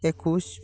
একুশ